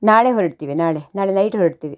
ನಾಳೆ ಹೊರಡ್ತೀವಿ ನಾಳೆ ನಾಳೆ ನೈಟ್ ಹೊರಡ್ತೀವಿ